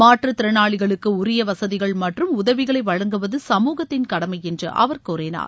மாற்றுத்திறனாளிகளுக்கு உரிய வசதிகள் மற்றும் உதவிகளை வழங்குவது சமூகத்தின் கடமை என்று அவர் கூறினார்